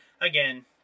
again